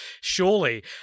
surely